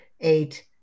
eight